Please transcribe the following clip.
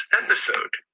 episode